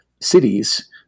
cities